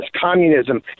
Communism